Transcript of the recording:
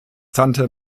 tante